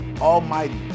Almighty